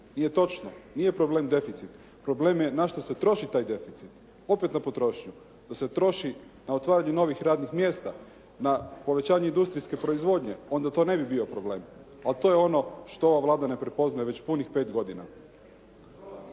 Nije točno. Nije problem deficit. Problem je na što se troši taj deficit. Opet na potrošnju. Da se troši na otvaranje novih radnih mjesta, na povećanje industrijske proizvodnje onda to ne bi bio problem, ali to je ono što ova Vlada ne prepoznaje već punih pet godina.